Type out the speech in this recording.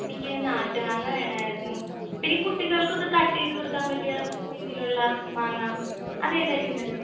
എനിക്ക് നാട്ട് മാങ്ങ വേണമായിരുന്നു പിന്നെ കുട്ടികൾക്കൊക്കെ കട്ട് ചെയ്ത് കൊടുക്കാൻ പറ്റിയ രീതിയിലുള്ള മാങ്ങ അത് ഏതായിരിക്കും നല്ലത്